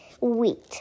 wheat